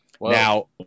Now